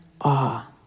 awe